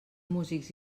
músics